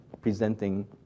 presenting